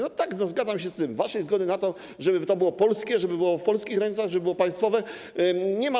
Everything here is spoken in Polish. No tak, zgadzam się z tym, waszej zgody na to, żeby to było polskie i żeby było w polskich rękach, żeby było państwowe, nie ma.